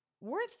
worth